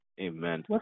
amen